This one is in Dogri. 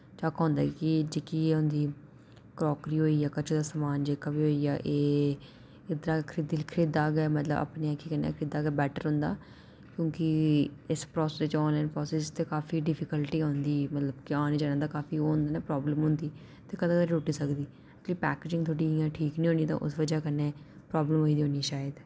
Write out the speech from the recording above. झक्क औंदा कि जेह्की एह् होंदी क्राकरी होई जां कच्चा समान जेह्का बी होई गेआ एह उद्धरा खरीदी खरीदे दा गै मतलब अपनी अक्खीं कन्नै खरीदे दा गै बैट्टर होंदा क्योंकि इस प्रोसैस च आनलाइन प्रोसैस च काफी डिफिकल्टी औंदी मतलब कि औने जाने दा काफी ओह् होंदा ना प्राब्लम होंदी ते कदें कदें टुट्टी सकदी की जे पैकिंग थोह्ड़ी इ'यां ठीक निं होनी तां उस बजह् कन्नै प्राब्लम होई दी होनी शायद